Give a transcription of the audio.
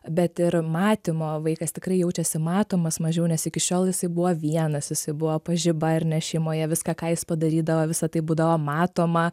bet ir matymo vaikas tikrai jaučiasi matomas mažiau nes iki šiol jisai buvo vienas jisai buvo pažiba ar ne šeimoje viską ką jis padarydavo visa tai būdavo matoma